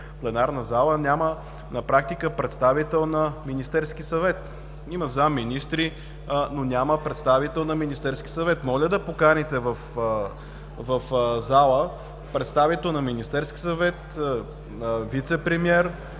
пленарната зала, на практика няма представител на Министерския съвет – има заместник-министри, но няма представител на Министерския съвет. Моля да поканите в залата представител на Министерския съвет, вицепремиер,